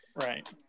right